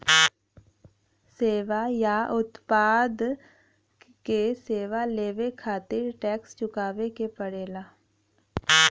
सेवा या उत्पाद क सेवा लेवे खातिर टैक्स चुकावे क पड़ेला